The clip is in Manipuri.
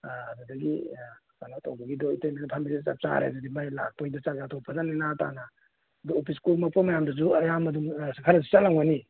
ꯑꯥ ꯑꯗꯨꯗꯒꯤ ꯀꯩꯅꯣ ꯇꯧꯕꯒꯤꯗꯣ ꯏꯇꯩꯃꯅ ꯐꯝꯃꯤꯗꯣ ꯆꯞ ꯆꯥꯔꯦ ꯑꯗꯨꯗꯤ ꯃꯥꯏ ꯂꯥꯛꯄꯒꯤꯗꯣ ꯆꯥꯛ ꯆꯥꯊꯣꯛꯑꯒ ꯐꯖꯅ ꯅꯦꯅꯥ ꯇꯥꯅ ꯑꯗꯣ ꯑꯣꯐꯤꯁ ꯀꯨꯝꯃꯛꯄ ꯃꯌꯥꯝꯗꯨꯁꯨ ꯑꯌꯥꯝꯕ ꯑꯗꯨꯝ ꯈꯔ ꯆꯠꯂꯝꯒꯅꯤ